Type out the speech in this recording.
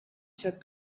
took